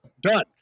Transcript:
Done